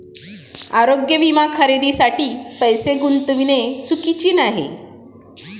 आरोग्य विमा खरेदीसाठी पैसे गुंतविणे चुकीचे नाही